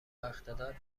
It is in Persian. اقتدار